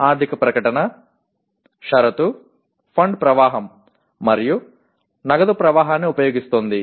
ఆర్థిక ప్రకటన షరతు ఫండ్ ప్రవాహం మరియు నగదు ప్రవాహాన్ని ఉపయోగిస్తోంది